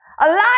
Alive